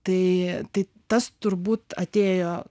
tai tai tas turbūt atėjo